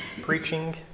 preaching